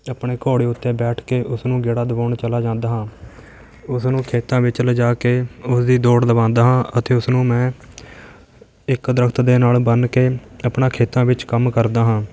ਆਪਣੇ ਘੋੜੇ ਉੱਤੇ ਬੈਠ ਕੇ ਉਸਨੂੰ ਗੇੜਾ ਦਿਵਾਉਣ ਚਲਾ ਜਾਂਦਾ ਹਾਂ ਉਸਨੂੰ ਖੇਤਾਂ ਵਿੱਚ ਲਿਜਾ ਕੇ ਉਸ ਦੀ ਦੌੜ ਲਗਵਾਉਂਦਾ ਹਾਂ ਅਤੇ ਉਸਨੂੰ ਮੈਂ ਇੱਕ ਦਰਖ਼ਤ ਦੇ ਨਾਲ਼ ਬੰਨ ਕੇ ਆਪਣਾ ਖੇਤਾਂ ਵਿੱਚ ਕੰਮ ਕਰਦਾ ਹਾਂ